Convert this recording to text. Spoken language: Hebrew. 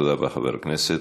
תודה רבה, חבר הכנסת.